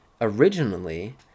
originally